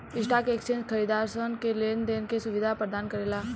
stock exchange खरीदारसन के लेन देन के सुबिधा परदान करेला